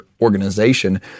organization